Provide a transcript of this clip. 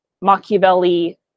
Machiavelli